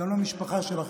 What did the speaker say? גם למשפחה שלך,